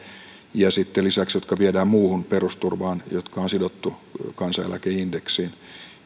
ja sitten lisäksi viedään muuhun perusturvaan joka on sidottu kansaneläkeindeksiin